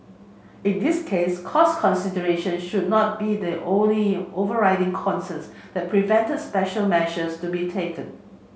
in this case cost consideration should not be the only overriding concerns that prevented special measures to be taken